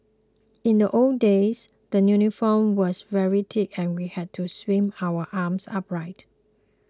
in the old days the uniform was very thick and we had to swing our arms upright